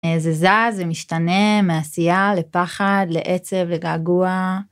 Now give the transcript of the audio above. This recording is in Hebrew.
זה זז, זה משתנה, מעשייה, לפחד, לעצב, לגעגוע.